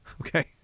Okay